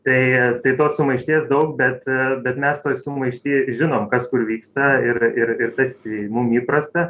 tai tai tos sumaišties daug bet bet mes toj sumaišty žinom kas kur vyksta ir ir ir tas mum įprasta